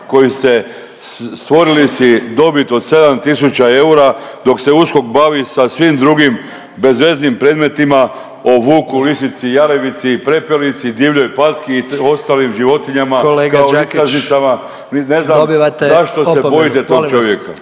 koji ste stvorili si dobit od 7 tisuća eura dok se USKOK bavi sa svim drugim bezveznim predmetima o vuku, lisici, jarebici i prepelici, divljoj patki i ostalim životinjama …/Upadica predsjednik: Kolega Đakić./… kao iskaznicama. Ne znam zašto se bojite tog čovjeka.